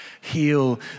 heal